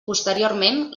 posteriorment